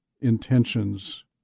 intentions